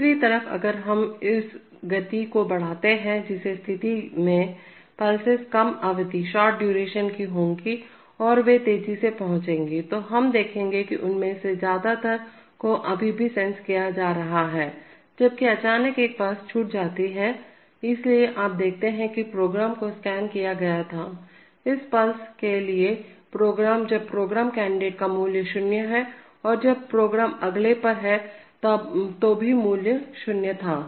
दूसरी तरफ अगर हम उस गति को बढ़ाते हैं जिस स्थिति में पल्सेस कम अवधि शॉर्ट ड्यूरेशन की होंगी और वे तेजी से पहुंचेंगी तो हम देखेंगे कि उनमें से ज्यादातर को अभी भी सेंस किया जा रहा है जबकि अचानक एक पल्स छूट जाती है इसलिए आप देखते हैं कि प्रोग्राम को स्कैन किया गया था इस पल्स के लिए प्रोग्राम जब प्रोग्राम कैंडिडेट का मूल्य शून्य है और जब प्रोग्राम अगले पर हैं तो मूल्य एक शून्य था